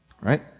Right